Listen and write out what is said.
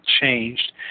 changed